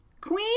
Queen